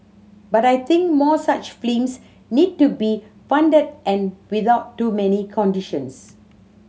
but I think more such films need to be funded and without too many conditions